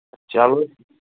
چلو